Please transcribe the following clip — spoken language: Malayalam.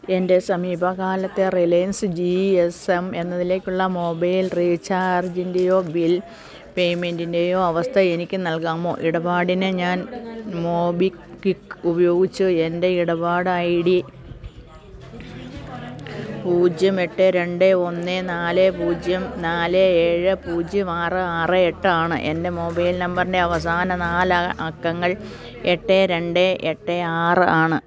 എൻ്റെ സമീപകാലത്തെ റിലയൻസ് ജി എസ് എം എന്നതിലേക്കുള്ള മൊബൈൽ റീചാർജിൻ്റെയോ ബിൽ പേയ്മെൻറ്റിൻ്റെയോ അവസ്ഥ എനിക്ക് നൽകാമോ ഇടപാടിന് ഞാൻ മോബി ക്വിക് ഉപയോഗിച്ച് എൻ്റെ ഇടപാട് ഐ ഡി പൂജ്യം എട്ട് രണ്ട് ഒന്ന് നാല് പൂജ്യം നാല് ഏഴ് പൂജ്യം ആറ് ആറ് എട്ട് ആണ് എൻ്റെ മൊബൈൽ നമ്പറിൻ്റെ അവസാന നാല് അക്കങ്ങൾ എട്ട് രണ്ട് എട്ട് ആറ് ആണ്